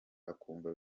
akumva